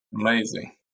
Amazing